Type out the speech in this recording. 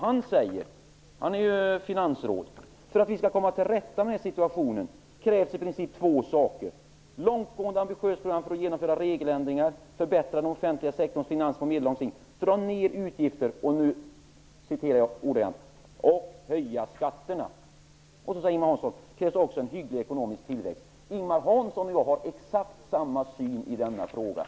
Han är finansråd, och han säger: För att vi skall komma till rätta med situationen krävs i princip två saker: ett långtgående ambitiöst program för att genomföra regeländringar, förbättra den offentliga sektorns finansiering på medellång sikt, dra ned utgifter ''och höja skatterna''. Och så, säger Ingemar Hansson, krävs det också en hygglig ekonomisk tillväxt. -- Ingemar Hansson och jag har exakt samma syn i denna fråga.